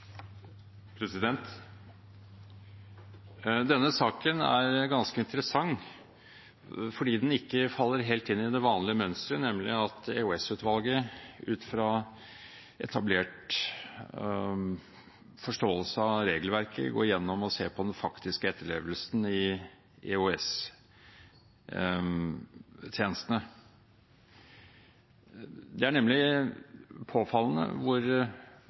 Denne saken er ganske interessant fordi den ikke faller helt inn i det vanlige mønsteret, nemlig at EOS-utvalget ut fra etablert forståelse av regelverket går igjennom og ser på den faktiske etterlevelsen i EOS-tjenestene. Det er nemlig påfallende hvor